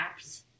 apps